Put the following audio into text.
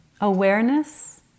Awareness